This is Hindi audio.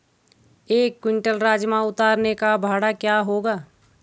एक क्विंटल राजमा उतारने का भाड़ा क्या होगा?